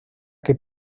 que